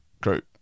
group